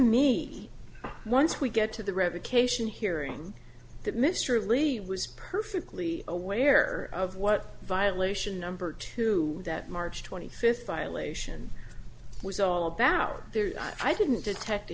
me once we get to the revocation hearing that mr levy was perfectly aware of what violation number two that march twenty fifth violation was all about i didn't detect a